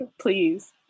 please